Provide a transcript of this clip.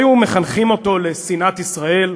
היו מחנכים אותו לשנאת ישראל.